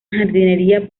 jardinería